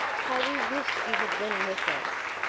how we wished you had been with us.